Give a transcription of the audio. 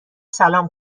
سلام